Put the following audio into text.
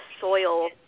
soil